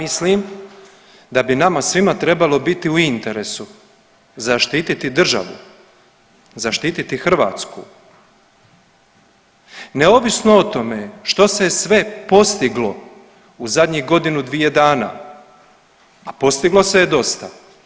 A ja mislim da bi nama svima trebalo biti u interesu zaštiti državu, zaštititi Hrvatsku neovisno o tome što se je sve postiglo u zadnjih godinu, dvije dana, a postiglo se je dosta.